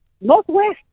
Northwest